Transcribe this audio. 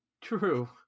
true